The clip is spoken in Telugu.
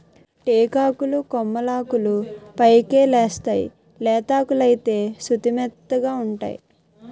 టేకాకులు కొమ్మలాకులు పైకెలేస్తేయ్ లేతాకులైతే సుతిమెత్తగావుంటై